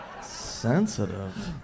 Sensitive